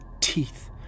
teeth